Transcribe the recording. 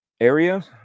area